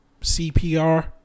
CPR